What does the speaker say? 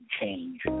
Change